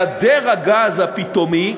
היעדר הגז הפתאומי